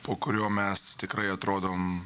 po kurio mes tikrai atrodom